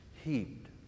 heaped